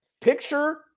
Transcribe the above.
Picture